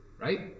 right